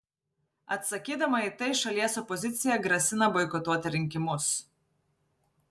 atsakydama į tai šalies opozicija grasina boikotuoti rinkimus